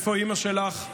איפה אימא שלך?